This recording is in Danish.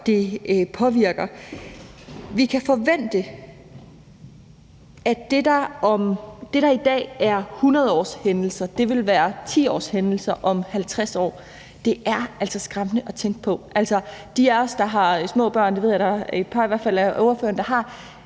det påvirker. Vi kan forvente, at det, der i dag er hundredårshændelser, vil være tiårshændelser om 50 år. Det er altså skræmmende at tænke på. Jeg ved, at der er i hvert fald et par af ordførerne, der har